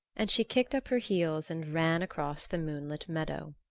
and she kicked up her heels and ran across the moonlit meadow.